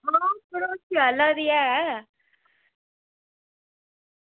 मड़ो ओह् तुसें सेआला बी ऐ